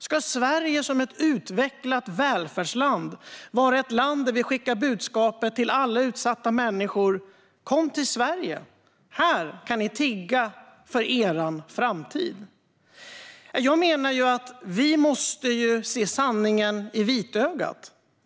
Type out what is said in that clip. Ska Sverige som ett utvecklat välfärdsland vara ett land som skickar budskapet till alla utsatta människor: Kom till Sverige! Här kan ni tigga för er framtid! Jag menar att vi måste se sanningen i vitögat.